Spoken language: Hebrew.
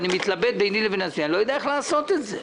אני מתלבט עם עצמי, אני לא יודע איך לעשות את זה.